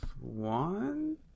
One